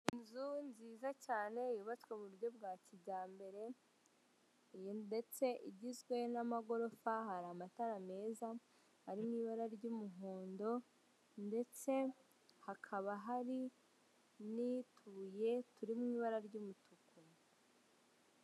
Inzu nziza cyane yubatswe mu buryo bwa kijyambere ndetse igizwe n'amagorofa hari amatara meza ari mu ibara ry'umuhondo ndetse hakaba hari n'utubuye turi mu ibara ry'umutuku.